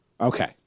Okay